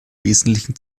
wesentlichen